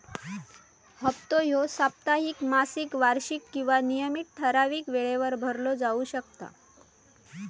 हप्तो ह्यो साप्ताहिक, मासिक, वार्षिक किंवा नियमित ठरावीक वेळेवर भरलो जाउ शकता